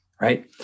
right